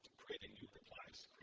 creating new replies,